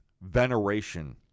veneration